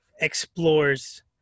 explores